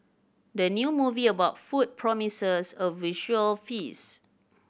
the new movie about food promises a visual feast